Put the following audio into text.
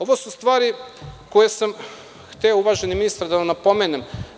Ovo su stvari koje sam hteo, uvaženi ministre, da vam napomenem.